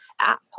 app